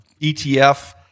ETF